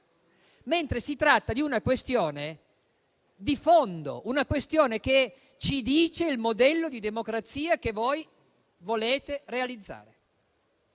mentre si tratta di una questione di fondo, che ci dice il modello di democrazia che volete realizzare.